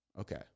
okay